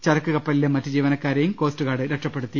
ചരക്ക് കപ്പലിലെ മറ്റ് ജീവനക്കാരെയും കോസ്റ്റ്ഗാർഡ് രക്ഷപ്പെടുത്തി